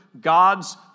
God's